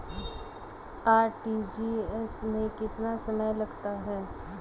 RTGS में कितना समय लगता है?